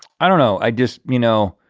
i don't know. i just you know,